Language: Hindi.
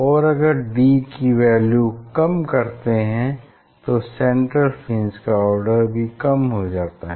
और अगर हम d की वैल्यू कम करते हैं तो सेंट्रल फ्रिंज का आर्डर भी कम हो जाता है